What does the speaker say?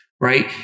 right